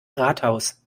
rathaus